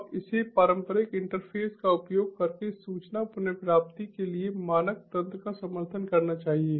और इसे पारंपरिक इंटरफेस का उपयोग करके सूचना पुनर्प्राप्ति के लिए मानक तंत्र का समर्थन करना चाहिए